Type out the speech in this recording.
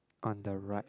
on the right